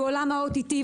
שהוא עולם ה-OTT,